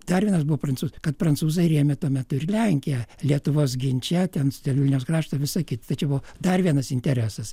dar vienas buvo pranc kad prancūzai rėmė tuo metu ir lenkiją lietuvos ginče ten dėl vilniaus krašto visa kita tai čia buvo dar vienas interesas